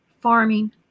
farming